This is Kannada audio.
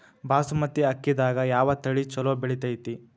ಬಾಸುಮತಿ ಅಕ್ಕಿದಾಗ ಯಾವ ತಳಿ ಛಲೋ ಬೆಳಿತೈತಿ?